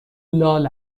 لال